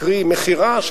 קרי: מכירה,